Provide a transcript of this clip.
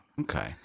Okay